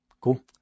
Cool